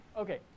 Okay